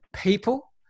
people